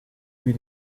für